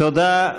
תודה.